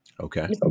Okay